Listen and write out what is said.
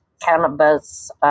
cannabis